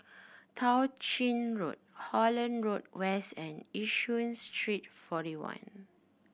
Tao Ching Road Holland Road West and Yishun Street Forty One